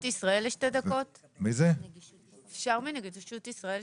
סליחה, אפשר לדבר מנגישות ישראל?